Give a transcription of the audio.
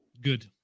good